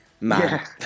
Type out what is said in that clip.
Man